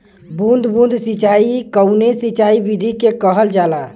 बूंद बूंद सिंचाई कवने सिंचाई विधि के कहल जाला?